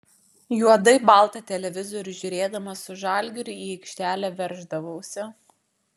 juodai baltą televizorių žiūrėdamas su žalgiriu į aikštelę verždavausi